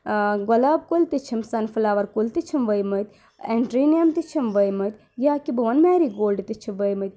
گۄلاب کُلۍ تہِ چھِم سَن فٕلاوَر کُلۍ تہِ چھِم ؤیٚمٕتۍ اینٛٹریٚنِیَم تہِ چھِم ؤیٚمٕتۍ یا کہِ بہٕ وَن مَیری گولڈٕ تہِ چھِ ؤیٚمٕتۍ